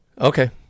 Okay